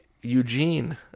Eugene